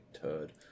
turd